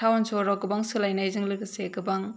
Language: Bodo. टाउन सहराव गोबां सोलायनायजों लोगोसे गोबां